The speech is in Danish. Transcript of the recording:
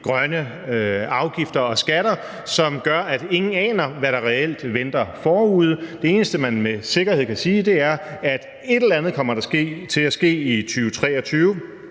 grønne afgifter og skatter, og som gør, at ingen aner, hvad der reelt venter forude. Det eneste, man med sikkerhed kan sige, er, at et eller andet kommer der til at ske i 2023,